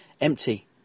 empty